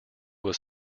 was